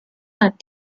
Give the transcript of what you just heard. had